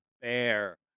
bear